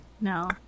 No